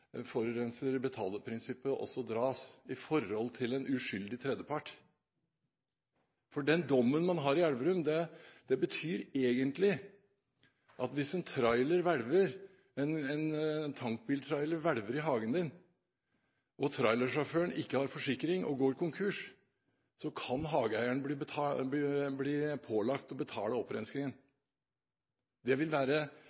dras i forhold til en uskyldig tredjepart. Den dommen man har fått i Elverum, betyr egentlig at hvis en tankbiltrailer velter i hagen din, og trailersjåføren ikke har forsikring og går konkurs, kan hageeieren bli pålagt å betale